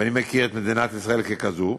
ואני מכיר את מדינת ישראל ככזאת,